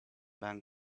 bank